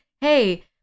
Hey